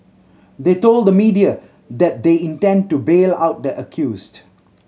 they told the media that they intend to bail out the accused